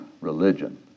religion